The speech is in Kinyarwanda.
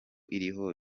iriho